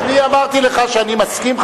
אמרתי לך שאני מסכים?